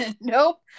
Nope